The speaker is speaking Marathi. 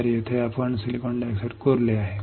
तर येथे आपण सिलिकॉन डायऑक्साइड खोदले आहे